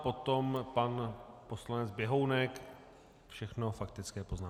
Potom pan poslanec Běhounek, všechno faktické poznámky.